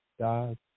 God